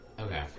Okay